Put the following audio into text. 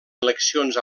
eleccions